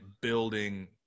building